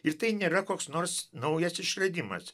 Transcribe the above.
ir tai nėra koks nors naujas išradimas